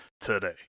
today